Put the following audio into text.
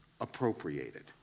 appropriated